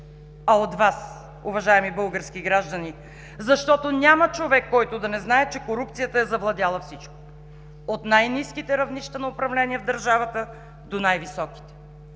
а от Вас, уважаеми български граждани, защото няма човек, който да не знае, че корупцията е завладяла всичко – от най-ниските равнища на управление в държавата, до най-високите.